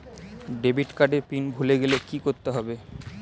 Debit card এর pin ভুলে গেলে কি করতে হবে?